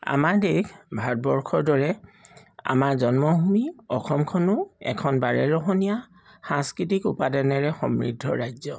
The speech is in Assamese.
আমাৰ দেশ ভাৰতবৰ্ষৰ দৰে অমাৰ জন্মভূমি অসমখনো এখন বাৰেৰহণীয়া সাংস্কৃতিক উপাদানেৰে সমৃদ্ধ ৰাজ্য